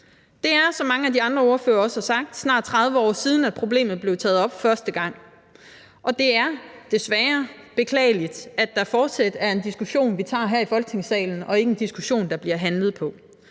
Det er, som mange af de andre ordførere også har sagt, snart 30 år siden, at problemet blev taget op første gang, og det er beklageligt, at det fortsat er en diskussion, vi tager her i Folketingssalen, og ikke en diskussion, der bliver handlet på.